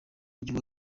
igihugu